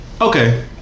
Okay